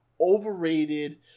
overrated